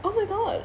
oh my god